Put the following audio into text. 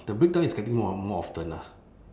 the breakdown is getting more and more often lah